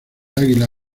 águila